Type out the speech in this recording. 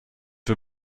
wir